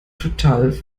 total